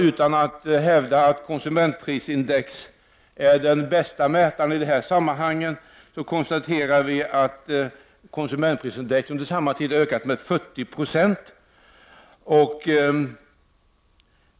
Utan att hävda att konsumentprisindex är den bästa mätaren i dessa sammanhang konstaterar vi att konsumentprisindex under samma tid har ökat med 40 20.